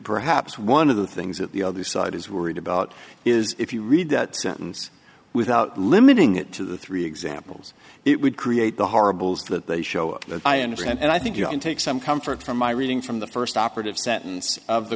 perhaps one of the things that the other side is worried about is if you read that sentence without limiting it to the three examples it would create the horribles that they show that i understand and i think you can take some comfort from my reading from the first operative sentence of the